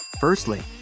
Firstly